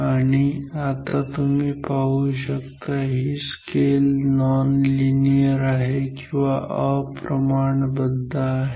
आणि आता तुम्ही पाहू शकता ही स्केल नॉन लिनियर किंवा अप्रमाणबद्ध आहे